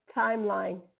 timeline